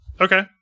Okay